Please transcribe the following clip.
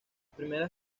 primeras